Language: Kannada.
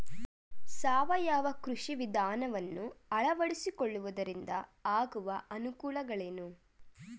ಸಾವಯವ ಕೃಷಿ ವಿಧಾನವನ್ನು ಅಳವಡಿಸಿಕೊಳ್ಳುವುದರಿಂದ ಆಗುವ ಅನುಕೂಲಗಳೇನು?